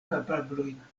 kapablojn